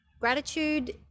gratitude